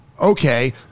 okay